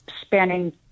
spanning